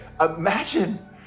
imagine